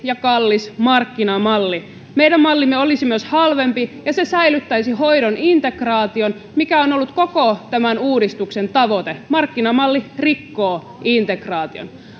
ja kallis markkinamalli meidän mallimme olisi myös halvempi ja se säilyttäisi hoidon integraation mikä on ollut koko tämän uudistuksen tavoite markkinamalli rikkoo integraation